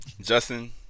Justin